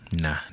Nah